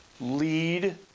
lead